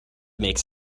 makes